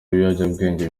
ibiyobyabwenge